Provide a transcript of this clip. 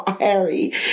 Harry